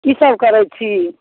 की सब करै छी